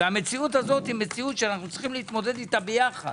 והמציאות הזו - אנו צריכים להתמודד איתה ביחד.